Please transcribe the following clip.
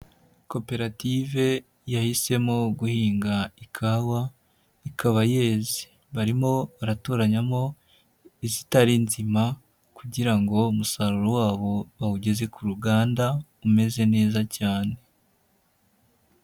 Co-operative yahisemo guhinga ikawa ikaba yeze, barimo baratoranyamo izitari nzima ,kugira ngo umusaruro wabo bawugeze ku ruganda umeze neza cyane.